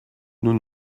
nous